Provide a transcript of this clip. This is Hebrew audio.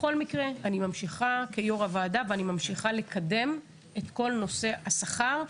בכל מקרה אני ממשיכה כיו"ר הוועדה לקדם את כל נושא השכר.